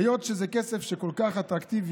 היות שזה כסף שהוא כל כך אטרקטיבי,